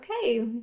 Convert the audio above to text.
okay